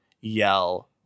yell